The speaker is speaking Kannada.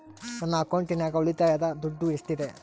ನನ್ನ ಅಕೌಂಟಿನಾಗ ಉಳಿತಾಯದ ದುಡ್ಡು ಎಷ್ಟಿದೆ?